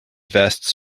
vests